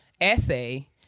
essay